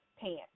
pants